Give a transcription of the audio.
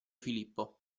filippo